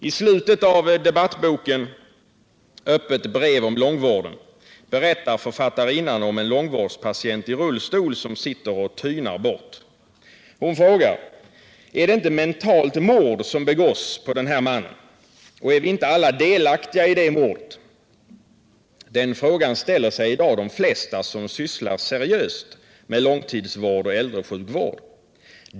I slutet av debattboken Öppet brev om långvården berättar författarinnan om en långvårdspatient i rullstol som sitter och tynar bort. Hon frågar: Är det inte mentalt mord som begås på den här mannen, och är vi inte alla delaktiga i det mordet? Den frågan ställer sig i dag de flesta som sysslar seriöst med långtidsvård och äldresjukvård.